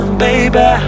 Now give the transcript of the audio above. baby